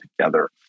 together